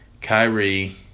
Kyrie